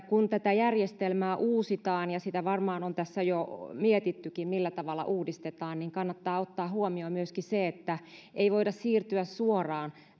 kun tätä järjestelmää uusitaan ja sitä varmaan on tässä jo mietittykin millä tavalla uudistetaan niin kannattaa ottaa huomioon myöskin se että ei voida siirtyä suoraan